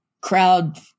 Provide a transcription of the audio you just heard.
crowd